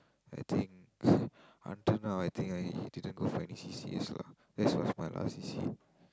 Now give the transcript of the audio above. I think until now I think I didn't go for any C_C_As lah that was my last C_C_A